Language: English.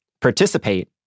participate